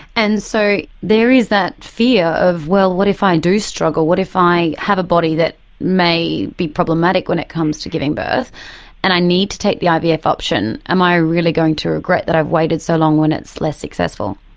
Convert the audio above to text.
and so there is that fear of, well, what if i and do struggle, what if i have a body that may be problematic when it comes to giving birth and i need to take the ivf option, am i really going to regret that i've waited so long when it's less successful?